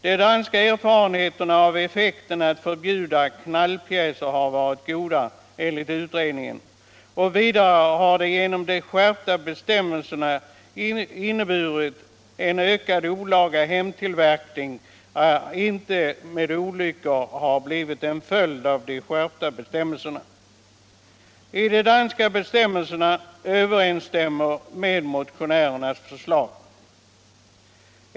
De danska erfarenheterna i fråga om effekten av att förbjuda knallpjäser har varit goda, enligt utredningen. Vidare har inte de skärpta bestämmelserna inneburit en ökad olaga hemtillverkning med allvarliga olyckor till följd. De danska bestämmelserna överensstämmer med motionärernas förslag.